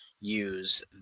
use